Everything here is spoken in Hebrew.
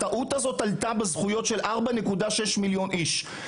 הטעות הזאת פגעה בזכויות של 4.6 מיליון איש.